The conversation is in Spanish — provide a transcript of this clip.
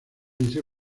liceo